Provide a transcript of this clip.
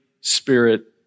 spirit